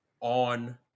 on